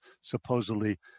supposedly